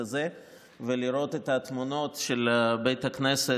אני קודם כול רוצה להודות ליושב-ראש הכנסת ולחברי נשיאות הכנסת